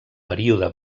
període